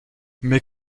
mais